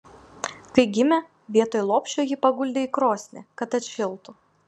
kai gimė vietoj lopšio jį paguldė į krosnį kad atšiltų